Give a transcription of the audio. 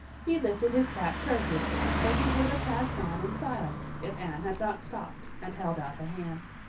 he lifted his cap courteously, but he would have passed on in silence, if anne had not stopped and held out her hand.